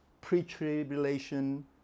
pre-tribulation